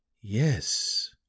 Yes